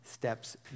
steps